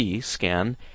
scan